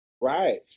right